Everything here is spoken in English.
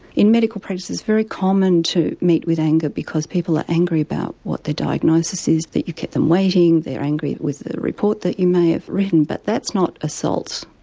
in medical practice it's very common to meet with anger because people are angry about what their diagnosis is, that you kept them waiting, they're angry with the report you may have written, but that's not assault.